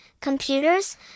computers